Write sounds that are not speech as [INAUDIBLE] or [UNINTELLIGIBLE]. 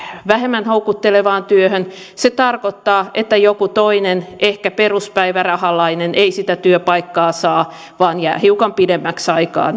vähemmän houkuttelevaan työhön se tarkoittaa että joku toinen ehkä peruspäivärahalainen ei sitä työpaikkaa saa vaan jää hiukan pidemmäksi aikaa [UNINTELLIGIBLE]